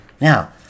Now